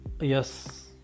Yes